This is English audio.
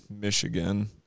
Michigan